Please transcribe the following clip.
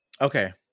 Okay